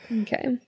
Okay